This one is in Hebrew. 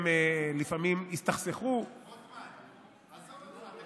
הם לפעמים הסתכסכו, רוטמן, עזוב אותך.